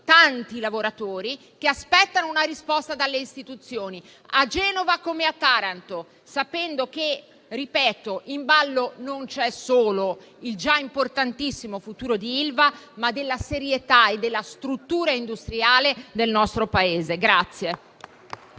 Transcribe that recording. tanti lavoratori, che aspettano una risposta dalle Istituzioni, a Genova come a Taranto, sapendo che in ballo non c'è solo il già importantissimo futuro di Ilva, ma quello della serietà e della struttura industriale del nostro Paese.